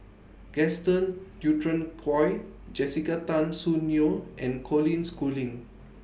Gaston Dutronquoy Jessica Tan Soon Neo and Colin Schooling